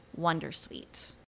Wondersuite